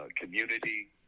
community